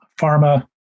pharma